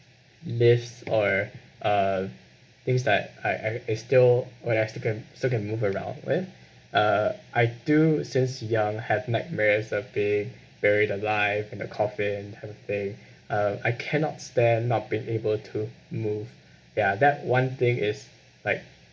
lifts or uh things that I I I still when I still can still can move around with uh I do since young have nightmares of being buried alive in a coffin kind of thing uh I cannot stand not being able to move ya that one thing is like